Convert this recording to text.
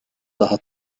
daha